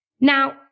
Now